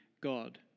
God